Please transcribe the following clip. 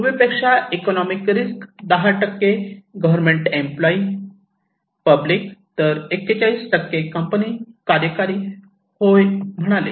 पूर्वीपेक्षा economic risk 10 government employee public तर 41 company कार्यकारी होय म्हणाले